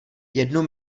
jednu